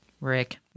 Rick